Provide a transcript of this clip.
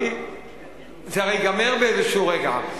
כי זה הרי ייגמר באיזשהו רגע,